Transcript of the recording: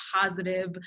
positive